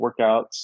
workouts